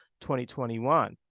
2021